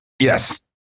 Yes